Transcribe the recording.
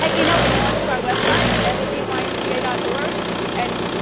ah you know we'll onto our web site se y m c a dot work and